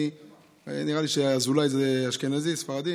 נראה לי שאזולאי זה אשכנזי-ספרדי.